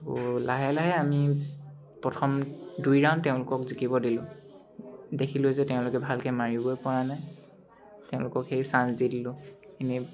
তো লাহে লাহে আমি প্ৰথম দুই ৰাউণ্ড তেওঁলোকক জিকিব দিলোঁ দেখিলোঁ যে তেওঁলোকে ভালকৈ মাৰিবই পৰা নাই তেওঁলোকক সেই চাঞ্চ দি দিলোঁ এনেই